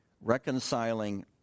Reconciling